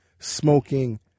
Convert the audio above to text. Smoking